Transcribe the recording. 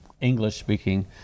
English-speaking